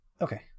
Okay